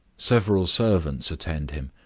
several servants attend him,